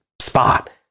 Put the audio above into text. spot